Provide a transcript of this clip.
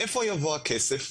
מאיפה יבוא הכסף?